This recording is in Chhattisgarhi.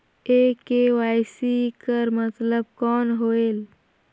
ये के.वाई.सी कर मतलब कौन होएल?